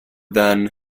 than